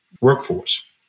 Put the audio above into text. workforce